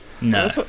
No